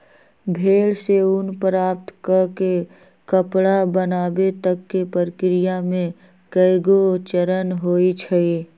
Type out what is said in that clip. भेड़ से ऊन प्राप्त कऽ के कपड़ा बनाबे तक के प्रक्रिया में कएगो चरण होइ छइ